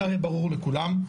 זה הרי ברור לכולם.